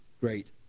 great